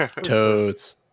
Toads